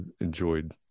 enjoyed